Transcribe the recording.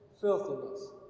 filthiness